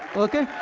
okay?